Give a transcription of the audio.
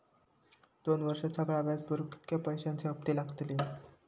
दोन वर्षात सगळा व्याज भरुक कितक्या पैश्यांचे हप्ते लागतले?